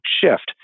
shift